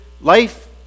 life